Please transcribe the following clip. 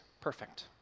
perfect